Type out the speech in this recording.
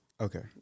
Okay